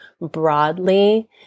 broadly